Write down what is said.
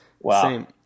Wow